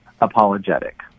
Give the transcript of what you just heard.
apologetic